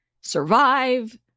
survive